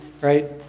right